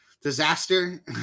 disaster